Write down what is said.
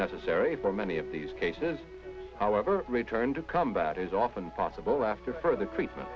necessary for many of these cases however return to combat is often possible after further treatment